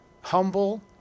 humble